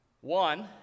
One